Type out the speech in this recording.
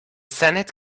senate